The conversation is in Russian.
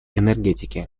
энергетики